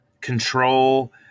control